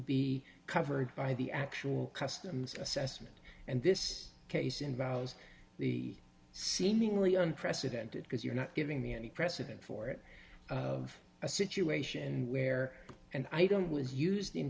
be covered by the actual customs assessment and this case involves the seemingly unprecedented because you're not giving me any precedent for it of a situation where and i don't was used in